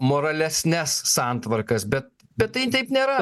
moralesnes santvarkas bet bet tai taip nėra